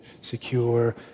secure